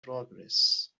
progress